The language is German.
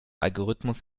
algorithmus